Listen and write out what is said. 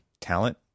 talent